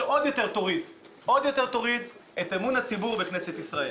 שעוד יותר תוריד את אמון הציבור בכנסת ישראל.